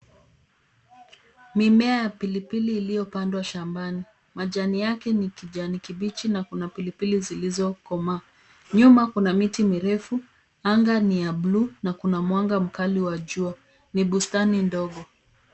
Mimea ya pilipili iliyopandwa shambani. Majani yake ni kijani kibichi na kuna pilipili zilizokomaa. Nyuma kuna miti mirefu, anga ni ya bluu na kuna mwanga mkali wa jua. Ni bustani ndogo.